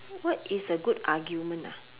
what is a good argument ah